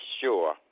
sure